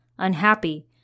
unhappy